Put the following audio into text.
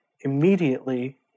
immediately